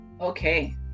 Okay